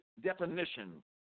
definition